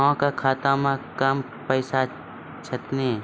अहाँ के खाता मे कम पैसा छथिन?